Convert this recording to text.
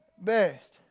best